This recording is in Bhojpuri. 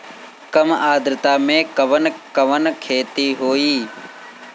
कम आद्रता में कवन कवन खेती होई?